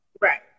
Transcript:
Right